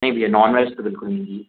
नहीं भैया non veg तो बिल्कुल नहीं चाहिए